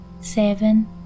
seven